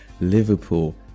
Liverpool